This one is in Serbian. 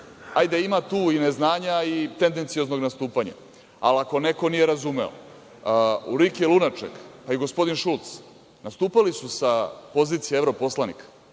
Ima tu i neznanja i tendencioznog nastupanja. Ali, ako neko nije razumeo Urlike Lunaček i gospodin Šulc, nastupali su sa pozicije evroposlanik,